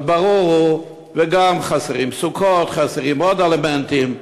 אז ברור הוא, וגם חסרות סוכות, חסרים עוד אלמנטים.